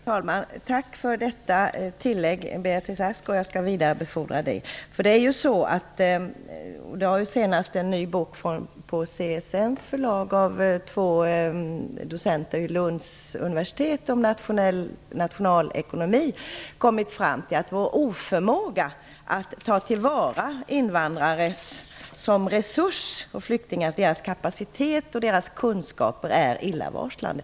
Fru talman! Tack för detta tillägg, Beatrice Ask. Jag skall vidarebefordra det. Det är ju så, vilket senast framgår av en ny bok om nationalekonomi på CSN:s förlag, skriven av två docenter vid Lunds universitet, att vår oförmåga att ta tillvara invandrare och flyktingar som en resurs, vår oförmåga att ta till vara deras kapacitet och kunskap, är illavarslande.